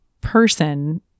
person